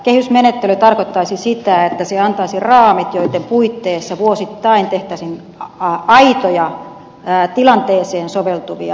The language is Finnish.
kehysmenettely tarkoittaisi sitä että se antaisi raamit joiden puitteissa vuosittain tehtäisiin aitoja tilanteeseen soveltuvia ratkaisuja